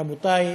רבותי,